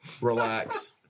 relax